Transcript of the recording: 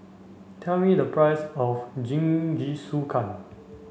tell me the price of Jingisukan